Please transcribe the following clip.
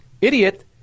idiot